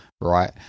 right